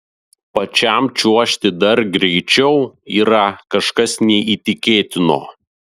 pačiam čiuožti dar greičiau yra kažkas neįtikėtino